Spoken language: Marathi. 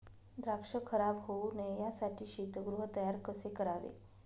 द्राक्ष खराब होऊ नये यासाठी शीतगृह तयार कसे करावे?